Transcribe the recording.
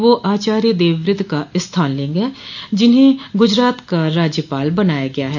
वह आचार्य देववत का स्थान लेंगे जिन्हें गुजरात का राज्यपाल बनाया गया है